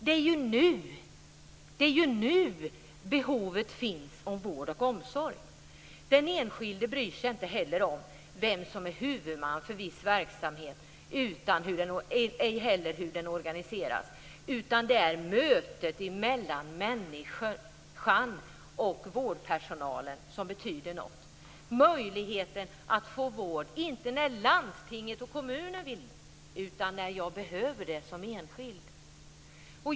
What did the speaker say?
Det är ju nu behovet av vård och omsorg finns. Den enskilde bryr sig inte om vem som är huvudman för viss verksamhet och inte heller hur den organiseras, utan det är mötet mellan människan och vårdpersonalen som betyder något och möjligheten att få vård, inte när landstinget och kommunen vill, utan när jag behöver den som enskild.